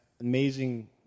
amazing